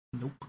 Nope